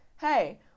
hey